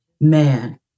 Man